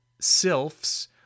sylphs